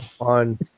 on